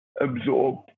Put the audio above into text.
absorb